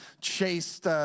chased